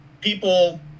people